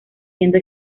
siendo